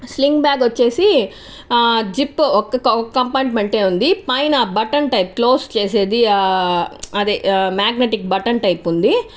sling bag వచ్చేసి zip ఒక్క ఒక్క కంపార్ట్మెంట్ ఏ ఉంది పైన బటన్ టైపు క్లోజ్ చేసేది అదే మ్యాగ్నటిక్ బటన్ టైపు ఉంది